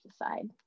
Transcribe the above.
aside